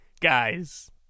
guys